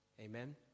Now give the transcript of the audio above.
Amen